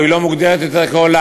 או שהיא לא מוגדרת יותר כעולה,